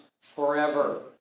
forever